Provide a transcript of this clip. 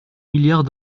milliards